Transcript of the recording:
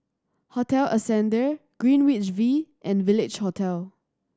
Hotel Ascendere Greenwich V and Village Hotel